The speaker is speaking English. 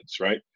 right